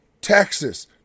Texas